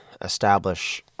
establish